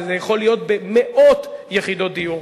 זה יכול להיות במאות יחידות דיור.